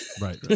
Right